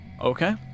Okay